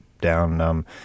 down